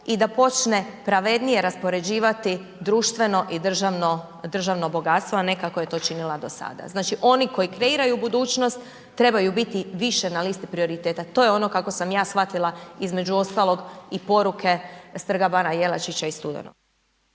i da počne pravednije raspoređivati društveno i državno, državno bogatstvo, a ne kako je to činila do sada. Znači oni koji kreiraju budućnost trebaju biti više na listi prioriteta. To je ono kako sam ja shvatila između ostalog i poruke s Trga bana Jelačića iz studenog.